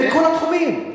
בכל התחומים.